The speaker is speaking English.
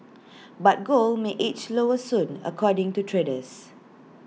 but gold may edge lower soon according to traders